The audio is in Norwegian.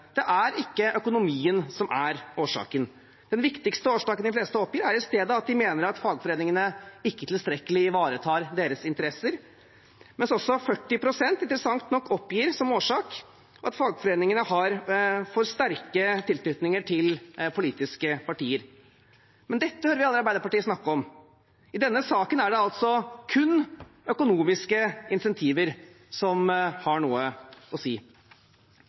Det er ikke økonomien som er årsaken. Den viktigste årsaken de fleste oppgir, er at de mener at fagforeningene ikke i tilstrekkelig grad ivaretar deres interesser, mens 40 pst., interessant nok, oppgir som årsak at fagforeningene har for sterk tilknytning til politiske partier. Men det hører vi aldri Arbeiderpartiet snakke om. I denne saken er det kun økonomiske insentiver som har noe å si.